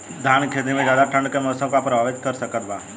धान के खेती में ज्यादा ठंडा के मौसम का प्रभावित कर सकता बा?